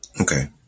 Okay